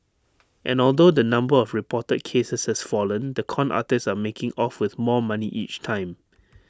and although the number of reported cases has fallen the con artists are making off with more money each time